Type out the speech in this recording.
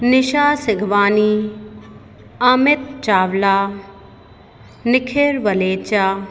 Nisha Sighwani Amit Chawla Nikhil Walecha